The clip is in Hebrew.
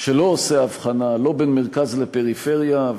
שלא עושה הבחנה בין מרכז לפריפריה,